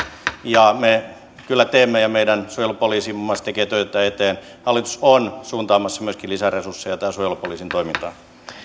ja me kyllä teemme ja muun muassa meidän suojelupoliisimme tekee töitä tämän eteen hallitus on suuntaamassa myöskin lisäresursseja tähän suojelupoliisin toimintaan